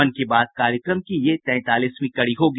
मन की बात कार्यक्रम की ये तैंतालीसवीं कड़ी होगी